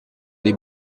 dei